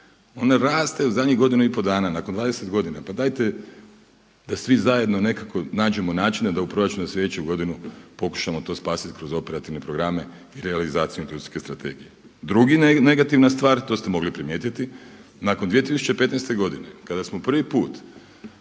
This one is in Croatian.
Ona raste u zadnjih godinu i pol dana nakon 10 godina. Pa dajte da svi zajedno nekako nađemo načina da u proračunu za slijedeću godinu pokušamo to spasiti kroz operativne programe i realizaciju industrijske strategije. Druga negativna stvar, to ste mogli primijetiti nakon 2015. godine kada smo prvi put